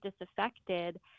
disaffected